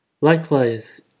Likewise